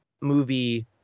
movie